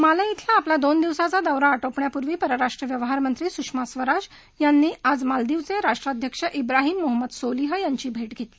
माले इथला आपला दोन दिवसांचा दौरा आटोपण्यापुर्वी परराष्ट्र व्यवहार मंत्री सुषमा स्वराज यांनी आज मालदीवचे राष्ट्राध्यक्ष इब्राहिम मोहम्मद सोलीह यांची भेट घेतली